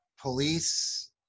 police